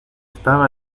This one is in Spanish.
estaba